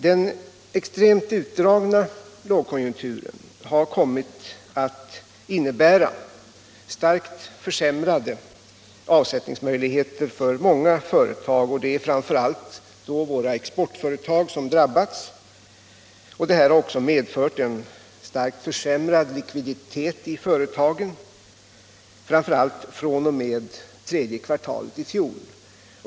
Den extremt utdragna lågkonjunkturen har kommit att innebära starkt försämrade avsättningsmöjligheter för många företag, och det är framför allt då våra exportföretag som drabbas. Det har också medfört en starkt försämrad likviditet i företagen, framför allt fr.o.m. tredje kvartalet i fjol.